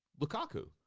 Lukaku